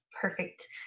perfect